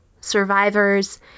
survivors